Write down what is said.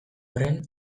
horren